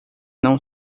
não